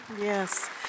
Yes